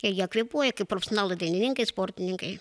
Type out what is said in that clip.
ir ja kvėpuoju kaip profesionalūs dainininkai sportininkai